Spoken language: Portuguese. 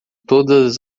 todas